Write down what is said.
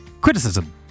Criticism